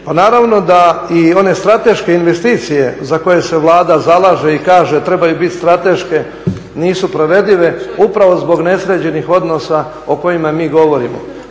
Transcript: naravno da i one strateške investicije za koje se Vlada zalaže i kaže trebaju biti strateške nisu provedive upravo zbog nesređenih odnosa o kojima mi govorimo.